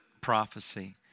prophecy